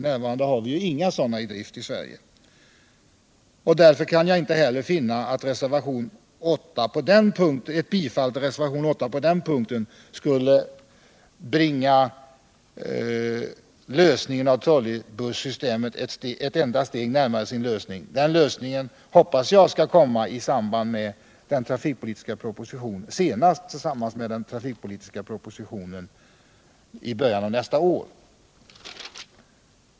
n. har vi ju inga sådana i drift i Sverige. Därför kan jag inte heller finna att ett bifall till reservationen 8 på den punkten skulle bringa problemet med trådbussystem ett enda steg närmare sin lösning. Den lösningen hoppas jag senast skall komma tillsammans med den trafikpoli tiska propositionen i början av nästa år.